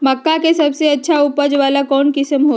मक्का के सबसे अच्छा उपज वाला कौन किस्म होई?